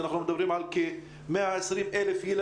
התחלנו כבר איזשהו שיח עם נציגי ההורים